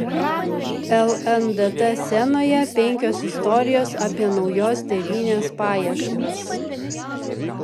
lndt scenoje penkios istorijos apie naujos tėvynės paieškas